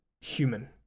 human